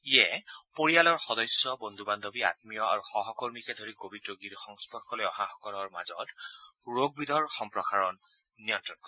ইয়ে পৰিয়ালৰ সদস্য বন্ধু বান্ধৱী আমীয় আৰু সহকৰ্মীকে ধৰি কোৱিড ৰোগীৰ সংস্পৰ্শলৈ অহাসকলৰ মাজত ৰোগ বিধৰ সম্প্ৰসাৰণ নিয়ন্ত্ৰণ কৰিব